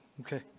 Okay